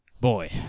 Boy